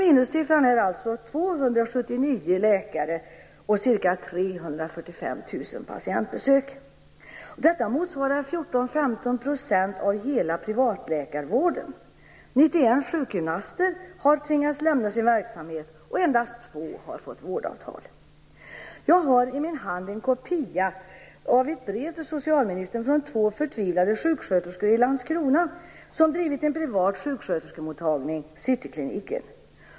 Minussiffran är alltså 279 läkare och ca 345 000 patientbesök. Det motsvarar 14-15 % av hela privatläkarvården. 91 sjukgymnaster har tvingats lämna sin verksamhet. Endast två har fått vårdavtal. Jag har i min hand en kopia av ett brev till socialministern från två förtvivlade sjuksköterskor i Landskrona som drivit en privat sjuksköterskemottagning, Citykliniken.